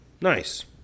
Nice